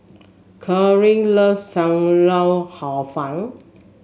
Kaaren loves Sam Lau Hor Fun